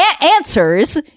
answers